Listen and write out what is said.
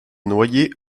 noyers